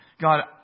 God